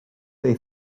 they